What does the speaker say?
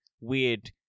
weird